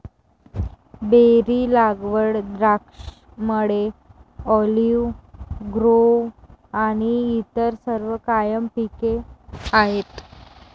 berry लागवड, द्राक्षमळे, olive grove आणि इतर सर्व कायम पिके आहेत